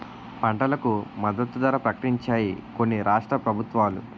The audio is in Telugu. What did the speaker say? పంటలకు మద్దతు ధర ప్రకటించాయి కొన్ని రాష్ట్ర ప్రభుత్వాలు